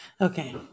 Okay